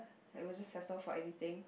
like will just settle for anything